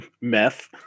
Meth